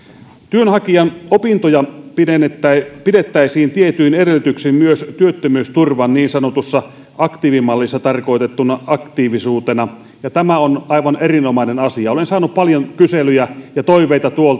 työnhakijan opintoja pidettäisiin pidettäisiin tietyin edellytyksin myös työttömyysturvan niin sanotussa aktiivimallissa tarkoitettuna aktiivisuutena ja tämä on aivan erinomainen asia olen saanut paljon kyselyjä ja toiveita